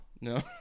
No